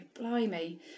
blimey